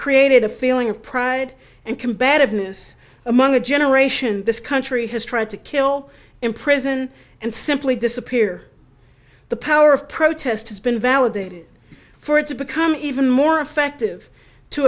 created a feeling of pride and combativeness among a generation this country has tried to kill in prison and simply disappear the power of protest has been validated for it to become even more effective to